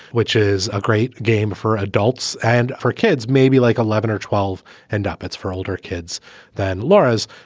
which is a great game for adults and for kids, maybe like eleven or twelve end up. it's for older kids than lauras,